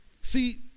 See